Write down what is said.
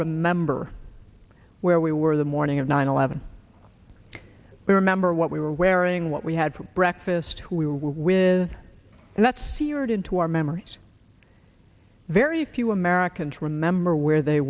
remember where we were the morning of nine eleven we remember what we were wearing what we had for breakfast who we were with and that's seared into our memories very few americans remember where they